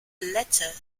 later